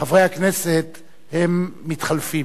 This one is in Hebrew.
חברי הכנסת הם מתחלפים.